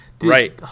Right